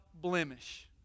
blemish